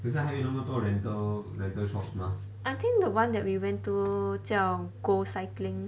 I think the [one] that we went to 叫 go cycling